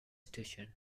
station